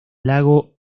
lago